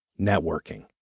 networking